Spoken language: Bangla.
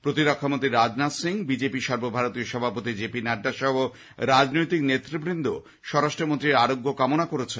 প্রতিরক্ষামন্ত্রী রাজনাথ সিং বিজেপি র সর্বভারতীয় সভাপতি জেপি নাড্ডা সহ রাজনৈতিক নেতৃবৃন্দ স্বরাষ্ট্রমন্ত্রীর আরোগ্য কামনা করেছেন